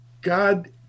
god